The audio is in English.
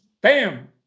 bam